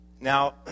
Now